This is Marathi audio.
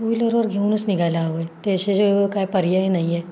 टू व्हिलरवर घेऊनच निघायला हवं आहे काय पर्याय नाही आहे